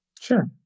Sure